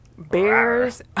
Bears